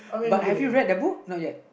but have you read the book not yet